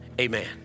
amen